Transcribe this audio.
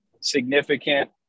significant